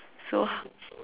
so